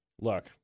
look